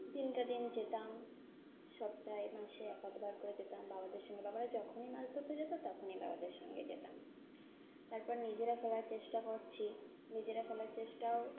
দিনকে দিন যেতাম সপ্তাহে মাসে এক আধবার করে যেতাম বাবাদের সঙ্গে বাবারা যখনই মাছ ধরতে যেত তখনই বাবাদের সঙ্গে যেতাম তারপর নিজেরা খোলার চেষ্টা করছি নিজেরা খোলার চেষ্টাও